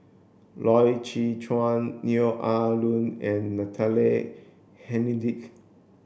Loy Chye Chuan Neo Ah Luan and Natalie Hennedige